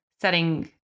setting